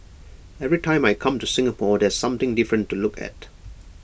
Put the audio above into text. every time I come to Singapore there's something different to look at